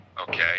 okay